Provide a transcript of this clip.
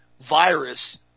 virus